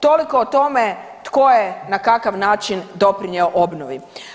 Toliko o tome tko je na kakav način doprinio obnovi.